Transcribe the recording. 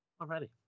Alrighty